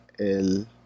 el